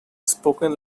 spoken